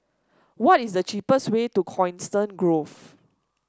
what is the cheapest way to Coniston Grove